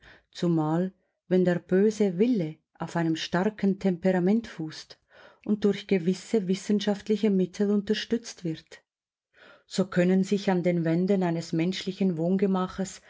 zumal wenn der böse wille auf einem starken temperament fußt und durch gewisse wissenschaftliche mittel unterstützt wird so können sich an den wänden eines menschlichen